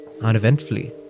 uneventfully